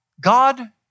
God